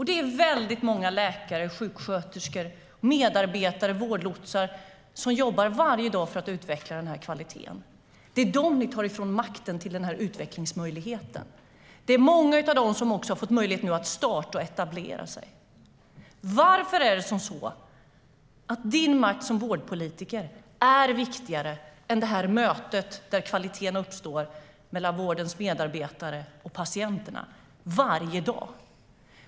Det är väldigt många läkare, sjuksköterskor, vårdlotsar och andra medarbetare som jobbar varje dag för att utveckla den här kvaliteten. Det är från dem ni tar makten över den här utvecklingsmöjligheten. Det är många av dem som nu har fått möjlighet att starta upp och etablera sig. Veronica Palm! Varför är din makt som vårdpolitiker viktigare än mötet mellan vårdens medarbetare och patienterna, där kvaliteten uppstår varje dag?